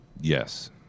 Yes